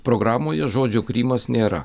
programoje žodžio krymas nėra